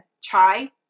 chai